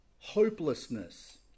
hopelessness